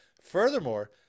Furthermore